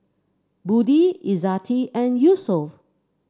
Budi Izzati and Yusuf